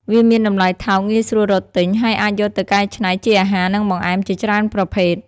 វាមានតម្លៃថោក ងាយស្រួលរកទិញ ហើយអាចយកទៅកែច្នៃជាអាហារ និងបង្អែមជាច្រើនប្រភេទ។